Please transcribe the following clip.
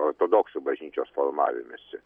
ortodoksų bažnyčios formavimesi